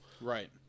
Right